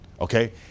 Okay